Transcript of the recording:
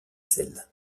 sels